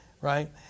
right